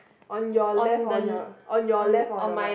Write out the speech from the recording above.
on your left or on your on your left or on your right